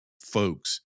folks